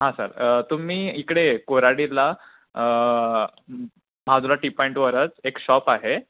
हा सर तुम्ही इकडे कोराडीला बाजूला टी पॉइंटवरच एक शॉप आहे